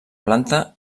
planta